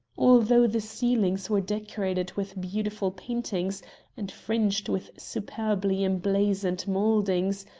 although the ceilings were decorated with beautiful paintings and fringed with superbly emblazoned mouldings,